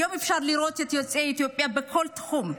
היום אפשר לראות את יוצאי אתיופיה בכל תחום,